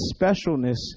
specialness